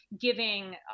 giving